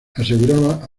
aseguraba